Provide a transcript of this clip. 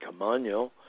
Camano